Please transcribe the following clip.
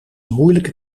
moeilijke